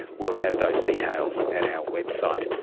we'll have those details at our website.